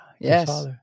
Yes